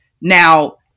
Now